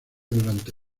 durante